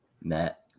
Matt